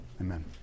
Amen